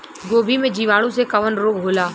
गोभी में जीवाणु से कवन रोग होला?